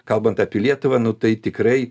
kalbant apie lietuvą nu tai tikrai